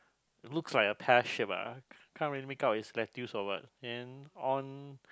looks like a pear shape ah can't really make up is lettuce or what and on